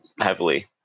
heavily